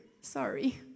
Sorry